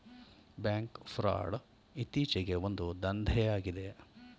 bank fraud ಇತ್ತೀಚೆಗೆ ಒಂದು ದಂಧೆಯಾಗಿದೆ